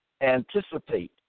anticipate